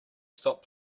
stop